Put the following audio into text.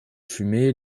fumée